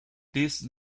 these